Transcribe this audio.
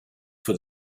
for